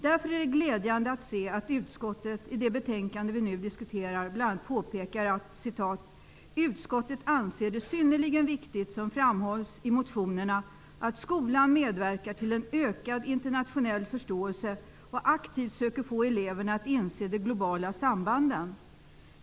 Därför är det glädjande att se att utskottet i det betänkande vi nu diskuterar bl.a. påpekar att ''Utskottet anser det synnerligen viktigt, som framhålls i motionerna att skolan medverkar till en ökad internationell förståelse och aktivt söker få eleverna att inse de globala sambanden.